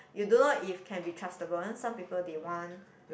you don't know if can be trustable some people they want